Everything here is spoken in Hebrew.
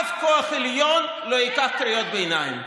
אף כוח עליון לא יקרא קריאות ביניים,